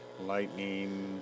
lightning